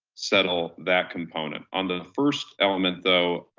settle that component. on the first element though,